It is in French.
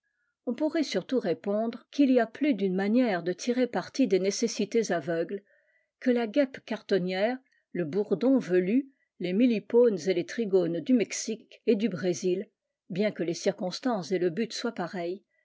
on pourrait surtout répondre qu'il y a plus d'une manière de tirer parti des nécessités aveugles que la guêpe cartonnière le bourdon velu les mélipones et lestrigones du mexique et du brésil bien que les circonstances et le but soient pareils